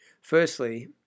firstly